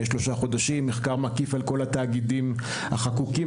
שלושה חודשים מחקר מקיף על כל התאגידים החקוקים,